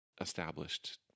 established